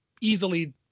easily